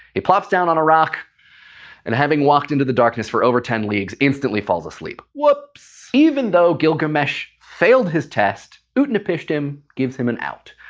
he plops down on a rock and-having walked in the darkness for over ten leagues-instantly falls asleep. whoops! even though gilgamesh failed his test, utnapishtim gives him an out.